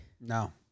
No